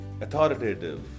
authoritative